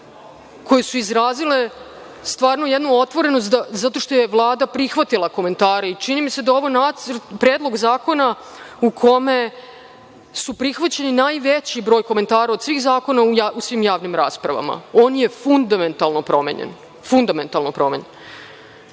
koje su izrazile jednu otvorenost zato što je Vlada prihvatila komentare. Čini mi se da je ovo Predlog zakona u kome je prihvaćen najveći broj komentara od svih zakona u svim javnim raspravama. On je fundamentalno promenjen. Što se tiče dalje